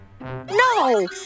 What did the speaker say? No